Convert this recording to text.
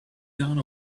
gone